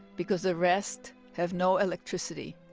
because the rest have no electricity.